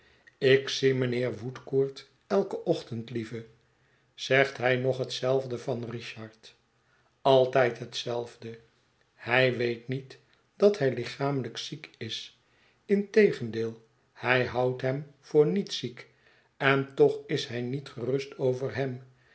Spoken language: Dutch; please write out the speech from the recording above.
ik zie mijnheer woodcourt eiken ochtend lieve zegt hij nog hetzelfde van richard altijd hetzelfde hij weet niet dat hij lichamelijk ziek is integendeel hij houdt hem voor niet ziek en toch is hij niet gerust over hem